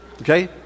Okay